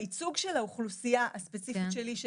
בייצוג של האוכלוסייה הספציפית שלי,